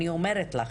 אני אומרת לך,